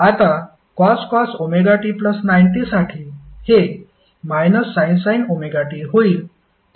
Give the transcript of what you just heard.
आता cos ωt90 साठी हे sin ωt होईल